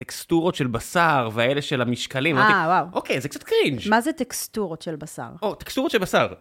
טקסטורות של בשר והאלה של המשקלים, אוקיי, זה קצת קרינג'. מה זה טקסטורות של בשר? טקסטורות של בשר.